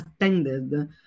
attended